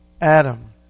Adam